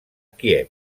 kíev